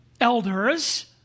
elders